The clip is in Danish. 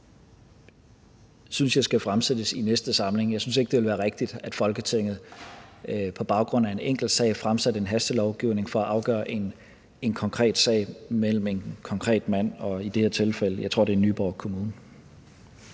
regler synes jeg skal fremsættes i næste samling. Jeg synes ikke, det ville være rigtigt, at Folketinget på baggrund af en enkelt sag fremsatte et hastelovforslag for at afgøre en konkret sag mellem en konkret mand og i det her tilfælde Nyborg Kommune,